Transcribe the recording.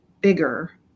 bigger